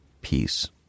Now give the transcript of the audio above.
peace